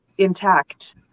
Intact